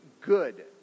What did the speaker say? good